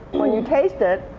when you taste it,